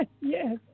yes